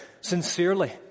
sincerely